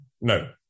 No